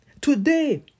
Today